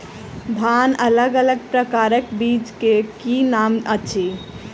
धान अलग अलग प्रकारक बीज केँ की नाम अछि?